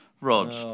Rog